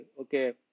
okay